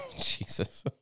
jesus